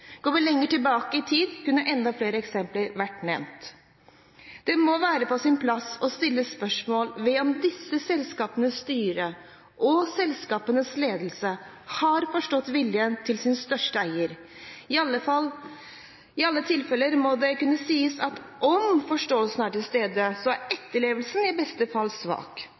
Går vi lenger tilbake i tid, kunne enda flere eksempler vært nevnt. Det må være på sin plass å stille spørsmål om hvorvidt disse selskapenes styre og selskapenes ledelse har forstått viljen til sin største eier. I alle tilfeller må det kunne sies at om forståelsen er til stede, er etterlevelsen i beste fall svak.